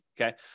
okay